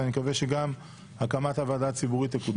ואני מקווה שגם הקמת הוועדה הציבורית תקודם.